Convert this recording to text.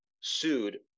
sued